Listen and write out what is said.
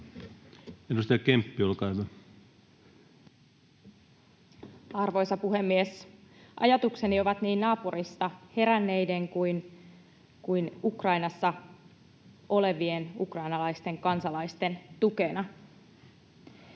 Edustaja Kemppi, olkaa hyvä. Arvoisa puhemies! Ajatukseni ovat niin naapurissa heränneiden kuin Ukrainassa olevien ukrainalaisten, kansalaisten tukena,